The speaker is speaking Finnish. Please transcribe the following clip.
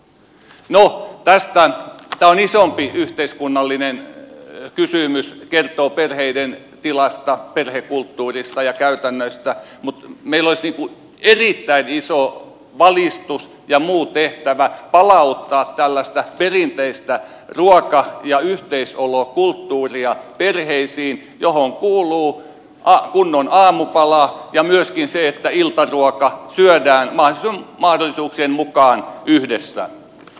no tämä on isompi yhteiskunnallinen kysymys kertoo perheiden tilasta perhekulttuurista ja käytännöistä mutta meillä olisi erittäin iso valistus ja muu tehtävä palauttaa perheisiin tällaista perinteistä ruoka ja yhteisolokulttuuria johon kuuluu kunnon aamupala ja myöskin se että iltaruoka syödään mahdollisuuksien mukaan yhdessä